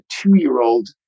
two-year-old